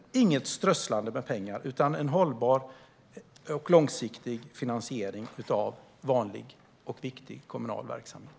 Det är inget strösslande med pengar utan en hållbar och långsiktig finansiering av vanlig och viktig kommunal verksamhet.